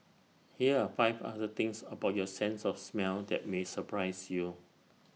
here are five other things about your sense of smell that may surprise you